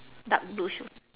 dark blue shoe